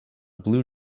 blue